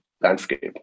landscape